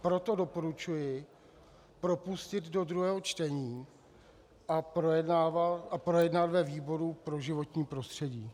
Proto doporučuji propustit do druhého čtení a projednat ve výboru pro životní prostředí.